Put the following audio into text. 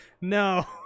No